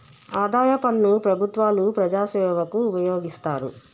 ఆదాయ పన్ను ప్రభుత్వాలు ప్రజాసేవకు ఉపయోగిస్తారు